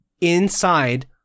inside